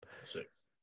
Six